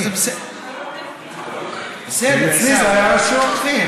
אצלי הוא היה רשום.